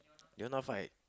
you know hoe to fight